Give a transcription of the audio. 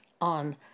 on